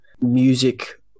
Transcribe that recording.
music